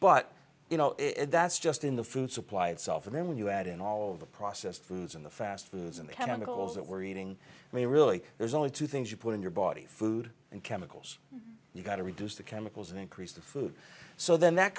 but you know that's just in the food supply itself and then when you add in all of the processed foods in the fast foods and the chemicals that we're eating i mean really there's only two things you put in your body food and chemicals you've got to reduce the chemicals and increase the food so then that